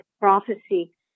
prophecy